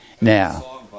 Now